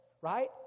Right